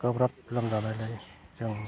गोब्राब लोमजानायलाय जों